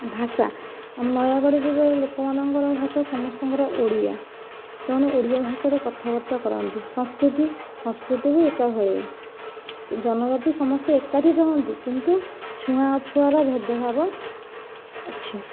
ଭାଷା ଆମ ନୟାଗଡ଼ ଜିଲ୍ଲାରେ ଲୋକମାନଙ୍କର ଭାଷା ସମସ୍ତଙ୍କର ଓଡ଼ିଆ ସେମାନେ ଓଡ଼ିଆ ଭାଷାରେ କଥାବାର୍ତ୍ତା କରନ୍ତି ସଂସ୍କୃତି ସଂସ୍କୃତି ବି ଏକା ଭଳିଆ ଜନଜାତି ସମସ୍ତେ ଏକାଠି ରହନ୍ତି କିନ୍ତୁ ଛୁଆଁ ଅଛୁଆଁର ଭେଦଭାବ ଅଛି